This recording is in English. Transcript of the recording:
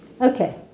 Okay